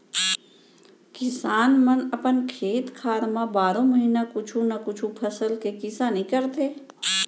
किसान मन अपन खेत खार म बारो महिना कुछु न कुछु फसल के किसानी करथे